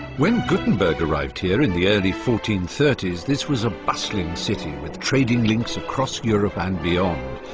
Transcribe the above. when gutenberg arrived here, in the early fourteen thirty s, this was a bustling city, with trading links across europe and beyond.